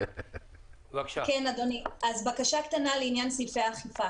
בקשה קטנה לעניין סעיפי האכיפה